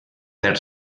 per